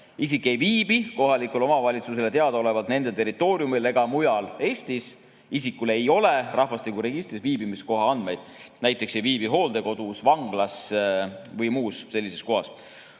isik ei viibi kohalikule omavalitsusele teadaolevalt nende territooriumil ega mujal Eestis; isikul ei ole rahvastikuregistris viibimiskoha andmeid, näiteks ei viibi ta hooldekodus, vanglas ega muus sellises kohas.